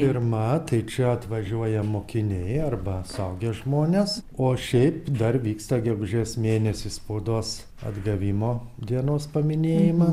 pirma tai čia atvažiuoja mokiniai arba suaugę žmonės o šiaip dar vyksta gegužės mėnesį spaudos atgavimo dienos paminėjimas